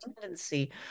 tendency